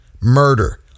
murder